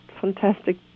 fantastic